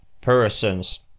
persons